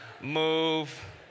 move